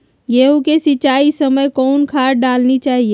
गेंहू के सिंचाई के समय कौन खाद डालनी चाइये?